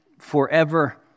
forever